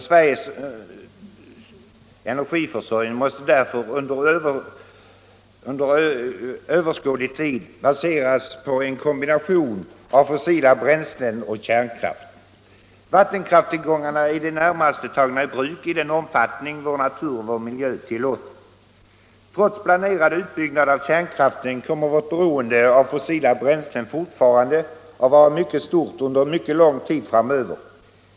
Sveriges energiförsörjning måste därför under överskådlig tid baseras på en kombination av fossila bränslen och kärnkraft. Vattenkraftstillgångarna är i det närmaste tagna i bruk i den omfattning vår natur och miljö tillåter. Trots planerad utbyggnad av kärnkraften kommer vårt beroende av fossila bränslen fortfarande att vara mycket stort under mycket lång tid framöver.